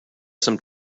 some